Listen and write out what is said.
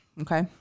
Okay